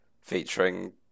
featuring